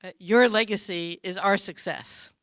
ah your legacy is our success.